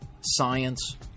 science